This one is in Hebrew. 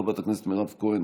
חברת הכנסת מירב בן ארי,